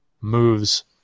moves